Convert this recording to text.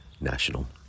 National